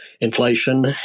inflation